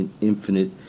infinite